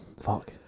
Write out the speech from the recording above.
fuck